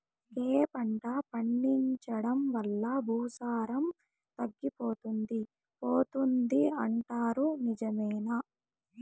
ఒకే పంట పండించడం వల్ల భూసారం తగ్గిపోతుంది పోతుంది అంటారు నిజమేనా